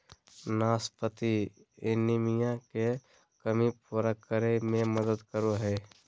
नाशपाती एनीमिया के कमी पूरा करै में मदद करो हइ